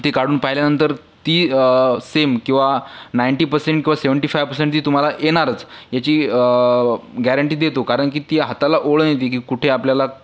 ती काढून पाहिल्यानंतर ती सेम किंवा नाईंटी पर्सेंट किंवा सेवंटी फाईव्ह पर्सेंट ती तुम्हाला येणारच याची गॅरंटी देतो कारण की ती हाताला ओढ नेती की कुठे आपल्याला